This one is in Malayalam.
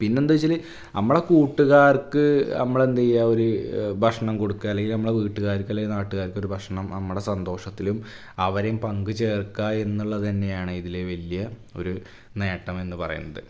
പിന്നെന്താ ചോദിച്ചാൽ നമ്മളെ കൂട്ടുകാര്ക്ക് നമ്മളെന്താ ചെയ്യുക ഒരു ഭക്ഷണം കൊടുക്കുക അല്ലെങ്കിൽ നമ്മളെ വീട്ടുകാർക്ക് അല്ലെ നാട്ടുകാർക്ക് ഒരു ഭക്ഷണം നമ്മുടെ സന്തോഷത്തിലും അവരെയും പങ്കു ചേര്ക്കുക എന്നുള്ളതു തന്നെയാണ് ഇതിലെ വലിയ ഒരു നേട്ടമെന്നു പറയണത്